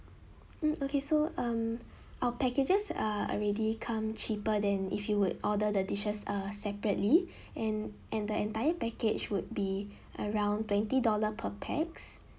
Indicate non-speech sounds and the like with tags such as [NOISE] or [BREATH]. mm okay so um our packages are already come cheaper than if you would order the dishes uh separately [BREATH] and and the entire package would be around twenty dollar per pax